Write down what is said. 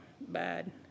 bad